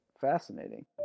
fascinating